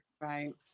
Right